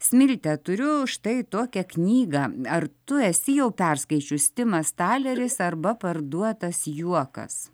smilte turiu štai tokią knygą ar tu esi jau perskaičius timas taleris arba parduotas juokas